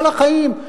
כל החיים,